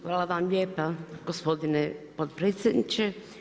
Hvala vam lijepa gospodine potpredsjedniče.